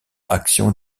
action